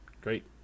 Great